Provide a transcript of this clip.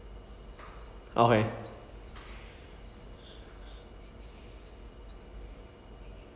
okay